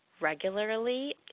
regularly